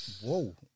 Whoa